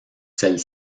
celles